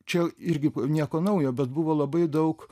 čia irgi nieko naujo bet buvo labai daug